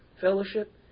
fellowship